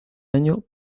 año